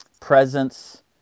presence